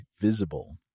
Visible